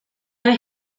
vez